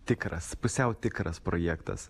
tikras pusiau tikras projektas